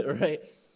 right